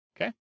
Okay